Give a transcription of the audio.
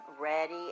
ready